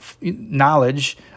knowledge